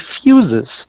refuses